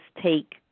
take